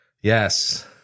Yes